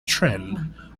trend